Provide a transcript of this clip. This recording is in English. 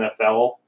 NFL